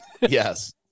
Yes